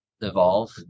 evolve